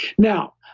now,